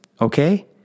okay